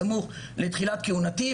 בסמוך לתחילת כהונתי,